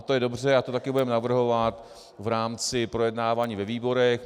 To je dobře a to také budeme navrhovat v rámci projednávání ve výborech.